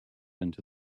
into